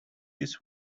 his